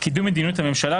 קידום מדיניות הממשלה,